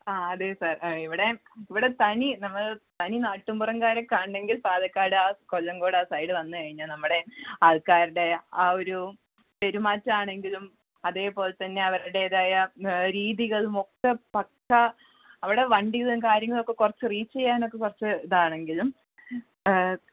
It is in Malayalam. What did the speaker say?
ആ അതെ സാർ ഇവിടെ ഇവിടെ തനി നമ്മൾ തനി നാട്ടിൻ പുറംകാരെ കാണണമെങ്കിൽ പാലക്കാട് ആ കൊല്ലങ്കോട് ആ സൈഡ് വന്ന് കഴിഞ്ഞാൽ നമ്മുടെ ആൾക്കാരുടെ ആ ഒരു പെരുമാറ്റാണങ്കിലും അതേപോലെ തന്നെ അവരുടേതായ രീതികളുമൊക്കെ പക്കാ അവിടെ വണ്ടീടേം കാര്യങ്ങളക്കെ റീച്ച് ചെയ്യാനൊക്കെ കുറച്ച് ഇതാണെങ്കിലും